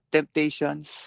Temptations